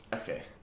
Okay